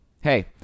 hey